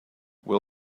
will